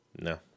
No